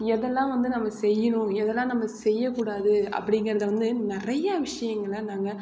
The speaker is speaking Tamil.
எதெல்லாம் வந்து நம்ம செய்யணும் எதெல்லாம் நம்ம செய்யக்கூடாது அப்படிங்கிறத வந்து நிறைய விஷயங்களை நம்ம